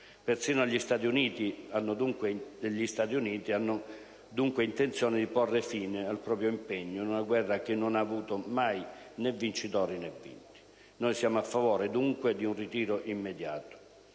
Persino gli Stati Uniti hanno dunque intenzione di porre fine al proprio impegno in una guerra che non ha avuto mai, né vincitori, né vinti. Noi siamo a favore, dunque, di un ritiro immediato.